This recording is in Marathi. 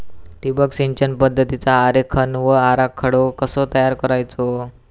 ठिबक सिंचन पद्धतीचा आरेखन व आराखडो कसो तयार करायचो?